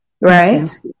right